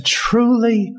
truly